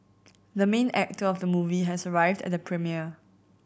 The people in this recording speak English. the main actor of the movie has arrived at the premiere